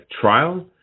trial